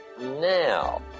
now